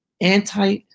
anti